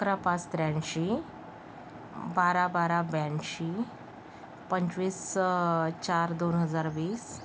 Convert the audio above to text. अकरा पाच त्र्याऐंशी बारा बारा ब्याऐंशी पंचवीस चार दोन हजार वीस